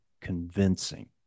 convincing